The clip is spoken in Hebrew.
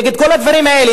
נגד כל הדברים האלה,